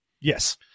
Yes